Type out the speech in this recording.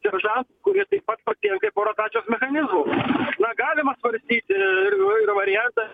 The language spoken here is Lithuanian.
seržantus kurie taip pat patenka į po rotacijos mechanizmu na galima svarstyt ir ir variantą